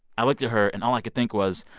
i looked at her. and all i could think was,